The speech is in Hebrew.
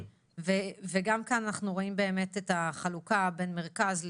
גם כאן אנחנו רואים את החלוקה בין מרכז,